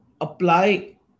apply